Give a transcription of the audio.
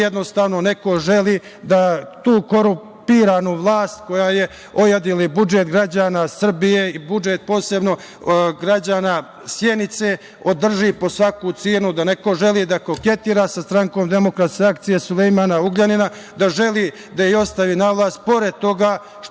jednostavno neko želi da tu korumpiranu vlast koja je ojadila i budžet građana Srbije i budžet posebno građana Sjenice, održi po svaku cenu. Neko želi da koketira sa Strankom demokratske akcije Sulejmana Ugljanina, želi da ih ostavi na vlasti i pored toga što